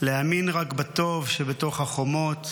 להאמין רק בטוב שבתוך החומות /